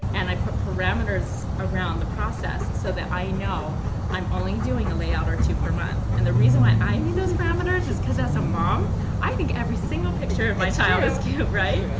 and i put parameters around the process so that i know i'm only doing a layout or two per and the reason why i need those parameters is because as a mom i think every single picture of my child is cute, right?